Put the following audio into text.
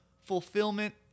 fulfillment